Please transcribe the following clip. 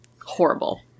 Horrible